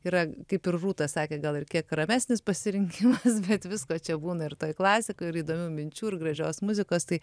yra kaip ir rūta sakė gal ir kiek ramesnis pasirinkimas bet visko čia būna ir toj klasikoj ir įdomių minčių ir gražios muzikos tai